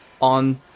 on